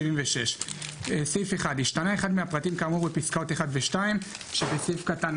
76. סעיף 1 השתנה אחד מהפרטים כאמור בפסקאות (1) ו-(2) שבסעיף קטן